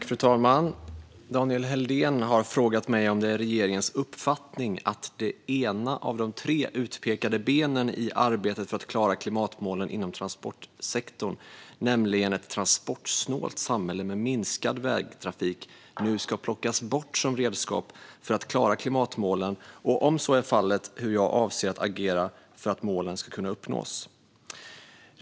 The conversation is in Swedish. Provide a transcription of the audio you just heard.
Fru talman! Daniel Helldén har frågat mig om det är regeringens uppfattning att det ena av de tre utpekade benen i arbetet för att klara klimatmålen inom transportsektorn, nämligen ett transportsnålt samhälle med minskad vägtrafik, nu ska plockas bort som redskap för att klara klimatmålen och, om så är fallet, hur jag avser att agera för att målen ska kunna uppnås.